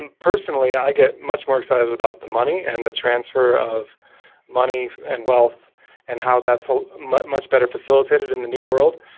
and personally, i get much more excited about the money and the transfer of money and wealth and how that's ah much much better facilitated in the new world.